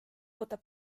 ootab